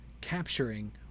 capturing